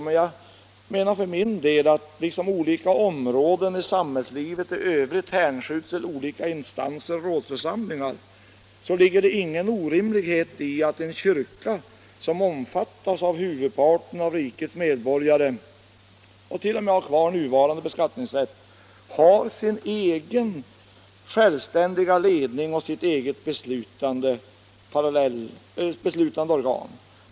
Men jag menar för min del att liksom olika områden av samhällslivet i övrigt hänskjuts till olika instanser, olika rådsförsamlingar, så ligger det ingen orimlighet i att en kyrka, som omfattas av huvudparten av rikets medborgare och t.o.m. bör ha kvar nuvarande beskattningsrätt, har sin egen självständiga ledning och sitt eget beslutande organ.